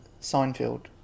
Seinfeld